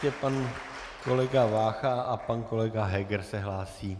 Ještě pan kolega Vácha a pan kolega Heger se hlásí.